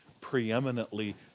preeminently